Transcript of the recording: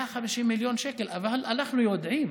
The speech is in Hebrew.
150 מיליון שקל, אבל אנחנו יודעים,